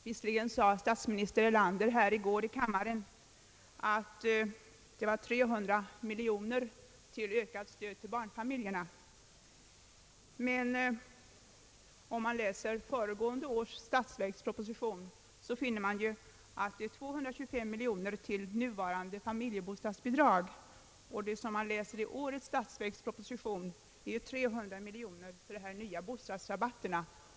Visserligen sade statsminister Erlander i går här i kammaren att det ges 300 miljoner kronor till ökat stöd åt barnfamiljerna. Men i föregående års statsverksproposition kan man läsa att det utgår 225 miljoner till nuvarande familjebostadsbidrag. I årets statsverksproposition föreslås 300 miljoner kronor till de nya bostadsrabatterna.